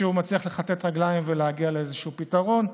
כשהוא מצליח לכתת רגליים ולהגיע לאיזשהו פתרון.